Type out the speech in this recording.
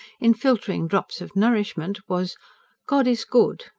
infiltering drops of nourishment, was god is good!